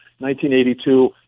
1982